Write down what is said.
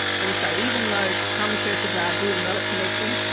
and so even though some churches are doing well at connecting,